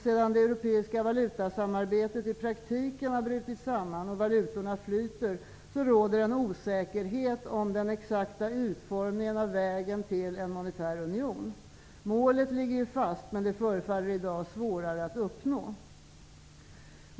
Sedan det europeiska valutasamarbetet i praktiken har brutit samman och valutorna flyter, råder en osäkerhet om den exakta utformningen av vägen till en monetär union. Målet ligger fast, men det förefaller i dag svårare att uppnå.